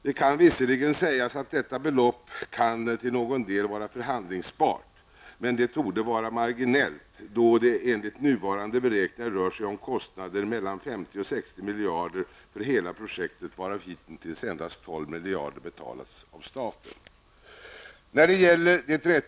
Det kan visserligen sägas att detta belopp till någon del kan vara förhandlingsbart, men det torde vara marginellt, då det enligt nuvarande beräkningar rör sig om kostnader mellan 50 och 60 miljarder för hela projektet, varav hitintills endast 12 miljarder betalats av staten.